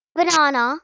banana